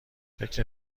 فکر